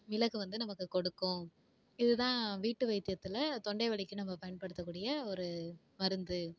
மிளகு வந்து நமக்கு கொடுக்கும் இதுதான் வீட்டு வைத்தியத்தில் தொண்டை வலிக்கு நம்ம பயன்படுத்தக்கூடிய ஒரு மருந்து